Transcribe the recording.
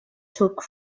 took